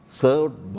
served